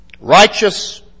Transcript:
righteous